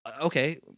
okay